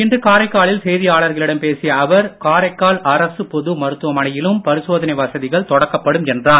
இன்று காரைக்காலில் செய்தியாளர்களிடம் பேசிய அவர் காரைக்கால் அரசு பொது மருத்துவமனையிலும் பரிசோதனை வசதிகள் தொடக்கப்படும் என்றார்